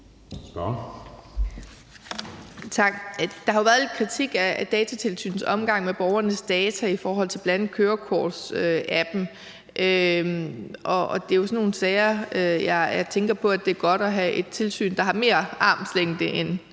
Der har jo været lidt kritik af Datatilsynets omgang med borgernes data i forhold til bl.a. kørekortsappen, og det er jo sådan nogle sager, hvor jeg tænker på, at det er godt at have et tilsyn, der har mere armslængde end